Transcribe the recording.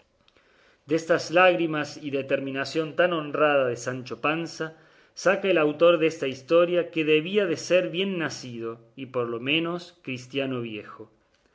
de aquel negocio destas lágrimas y determinación tan honrada de sancho panza saca el autor desta historia que debía de ser bien nacido y por lo menos cristiano viejo